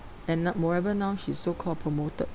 and n~ moreover now she's so-called promoted